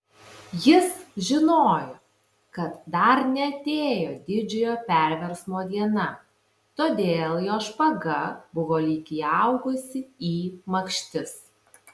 jis žinojo kad dar neatėjo didžiojo perversmo diena todėl jo špaga buvo lyg įaugusi į makštis